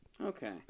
Okay